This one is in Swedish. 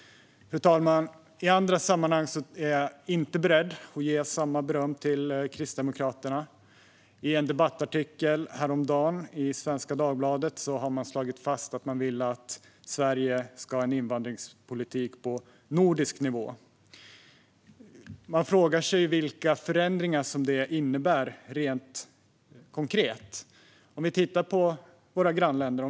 I andra sammanhang är jag inte beredd att ge samma beröm till Kristdemokraterna. I en debattartikel häromdagen i Svenska Dagbladet slår Kristdemokraterna fast att de vill att Sverige ska ha en invandringspolitik på nordisk nivå. Jag undrar vilka förändringar det innebär rent konkret. Vi kan titta på våra grannländer.